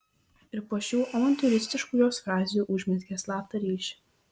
ir po šių avantiūristiškų jos frazių užmezgė slaptą ryšį